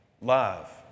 love